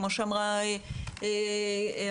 כמו שאמרה יושבת-הראש,